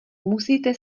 musíte